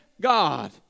God